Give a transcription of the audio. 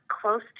close